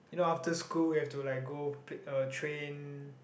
you know after school we have to like go uh train